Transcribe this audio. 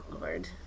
Lord